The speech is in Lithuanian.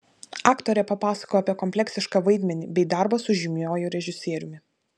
aktorė papasakojo apie kompleksišką vaidmenį bei darbą su žymiuoju režisieriumi